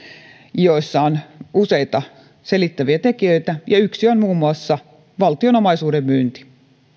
joissa on useita selittäviä tekijöitä ja yksi muun muassa on valtion omaisuuden myynti